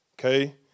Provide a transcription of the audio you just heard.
okay